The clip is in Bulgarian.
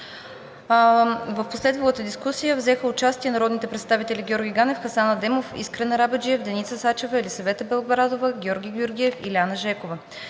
В последвалата дискусия взеха участие народните представители Георги Ганев, Хасан Адемов, Искрен Арабаджиев, Деница Сачева, Елисавета Белобрадова, Георги Георгиев и Илиана Жекова.